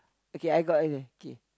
okay I got K